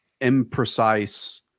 imprecise